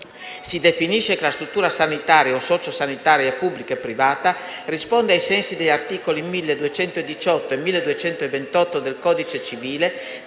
Si definisce che la struttura sanitaria o sociosanitaria pubblica o privata risponde ai sensi degli articoli 1218 e 1228 del codice civile